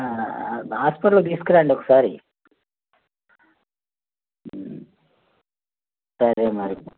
హాస్పిటల్కి తీసుకురాండి ఒకసారి సరే మరి